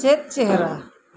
ᱪᱮᱫ ᱪᱮᱦᱨᱟ